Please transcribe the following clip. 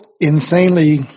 insanely